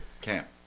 camp